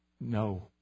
No